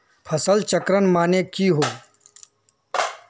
फसल चक्रण माने की होय?